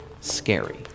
scary